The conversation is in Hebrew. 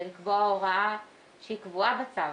זה לקבוע הוראה שהיא קבועה בצו.